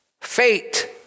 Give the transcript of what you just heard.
fate